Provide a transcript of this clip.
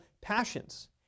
passions